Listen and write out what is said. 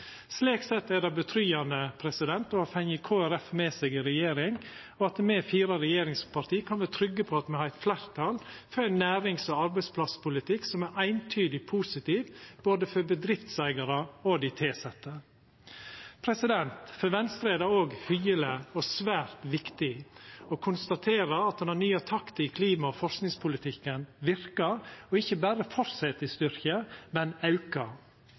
Slik sett er det trygt å ha fått Kristeleg Folkeparti med seg i regjering, og at me fire regjeringspartia kan vera trygge på at me har fleirtal for ein nærings- og arbeidsplasspolitikk som er eintydig positiv både for bedriftseigarar og for dei tilsette. For Venstre er det òg hyggeleg og svært viktig å konstatera at den nye takta i klima- og forskingspolitikken verkar, og ikkje berre fortset i styrke, men